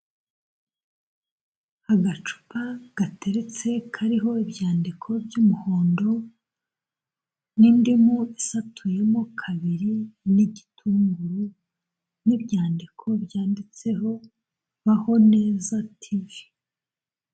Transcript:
Agacupa gateretse, kariho ibyandiko by'umuhondo, n'indimu isatuyemo kabiri, n'igitunguru, n'ibyandiko byanditseho, Baho neza TV.